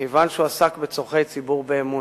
כיוון שהוא עסק בצורכי ציבור באמונה.